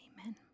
Amen